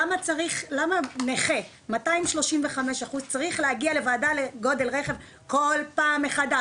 למה נכה 235% צריך להגיע לוועדה לגודל רכב כל פעם מחדש.